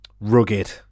rugged